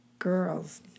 Girls